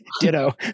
Ditto